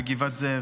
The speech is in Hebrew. בגבעת זאב.